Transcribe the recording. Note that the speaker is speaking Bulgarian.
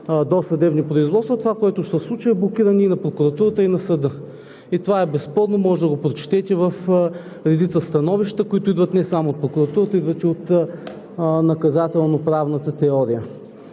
досъдебни производства, това, което ще се случи, е блокиране и на прокуратурата, и на съда. И това е безспорно. Можете да го прочетете в редица становища, които идват не само от прокуратурата, идват и от наказателноправната теория.